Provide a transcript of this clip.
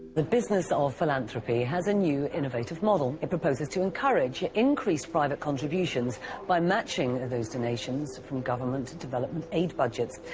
the business of philanthropy has a new innovative model. it proposes to encourage increased private contributions by matching those donations from government to development aid budgets.